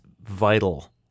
vital